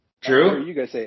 True